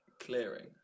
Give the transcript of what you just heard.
clearing